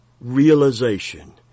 realization